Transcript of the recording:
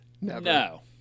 No